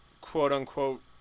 quote-unquote